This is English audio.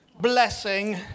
blessing